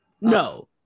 no